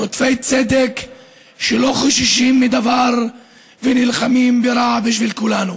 רודפי צדק שלא חוששים מדבר ונלחמים ברע בשביל כולנו.